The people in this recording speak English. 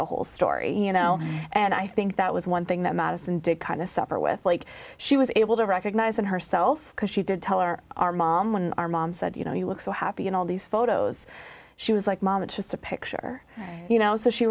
the whole story you know and i think that was one thing that madison did kind of supper with like she was able to recognize it herself because she did tell her our mom when our mom said you know you look so happy in all these photos she was like mom it's just a picture you know so she